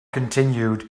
continued